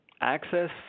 access